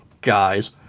Guys